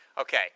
Okay